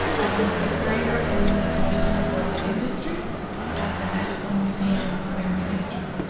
i'm a curator in the division of work and industry at the national museum of american history